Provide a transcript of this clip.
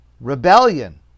rebellion